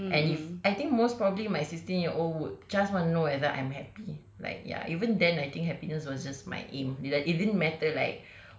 and if I think most probably my sixteen year old would just want to know whether I'm happy like ya even then I think happiness was just my aim li~ it didn't it didn't matter like